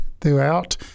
throughout